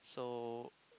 so